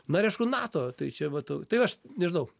na ir aišku nato tai čia vat tai aš nežinau